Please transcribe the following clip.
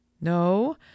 No